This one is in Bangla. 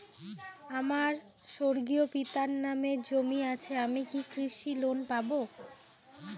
আমার স্বর্গীয় পিতার নামে জমি আছে আমি কি কৃষি লোন পাব?